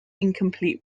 incomplete